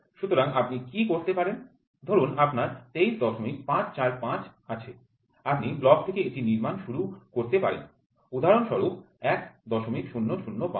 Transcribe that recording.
সুতরাং আপনি কী করতে পারেন ধরুন আপনার ২৩৫৪৫ আছে আপনি ব্লক থেকে এটি নির্মাণ শুরু করতে পারেন উদাহরণস্বরূপ ১০০৫